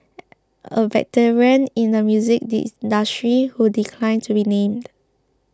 a veteran in the music who declined to be named